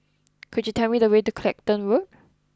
could you tell me the way to Clacton Road